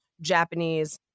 Japanese